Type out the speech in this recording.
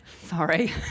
Sorry